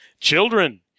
Children